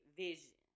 vision